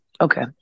okay